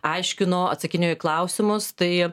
aiškino atsakinėjo į klausimus tai